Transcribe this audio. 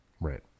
Right